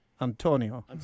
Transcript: Antonio